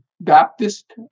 Baptist